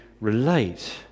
relate